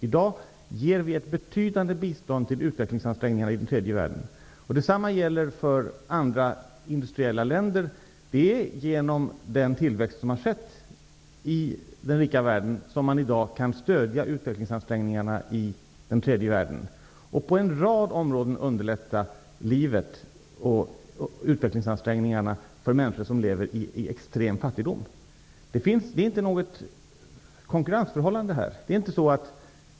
I dag ger vi ett betydande bistånd till utvecklingsansträngningarna i tredje världen. Detsamma gäller för andra industriella länder. Det är genom den tillväxt som har skett i den rika världen som man i dag kan stödja utvecklingsansträngningarna i tredje världen. Därigenom har man på en rad områden kunnat underlätta livet och utvecklingsansträngningarna för människor som lever i extrem fattigdom. Det är inte fråga om något konkurrensförhållande.